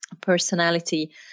personality